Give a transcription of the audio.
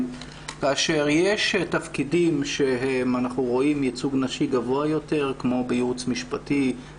כאשר יש תפקידים שאנחנו רואים ייצוג נשי גבוה יותר כמו בייעוץ משפטי,